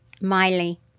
Miley